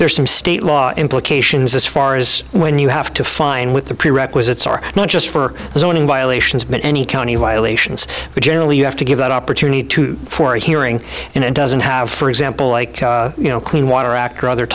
there's some state law implications as far as when you have to fine with the prerequisites are not just for zoning violations but any county violations but generally you have to give that opportunity to for a hearing and doesn't have for example like you know clean water act or other